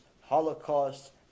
holocaust